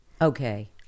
Okay